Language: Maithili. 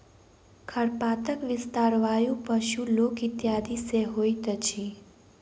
खरपातक विस्तार वायु, पशु, लोक इत्यादि सॅ होइत अछि